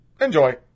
enjoy